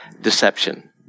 deception